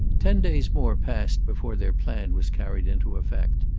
ten days more passed before their plan was carried into effect.